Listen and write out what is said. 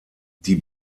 die